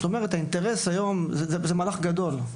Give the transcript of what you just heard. זהו מהלך גדול,